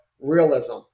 realism